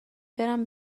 برم